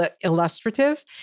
illustrative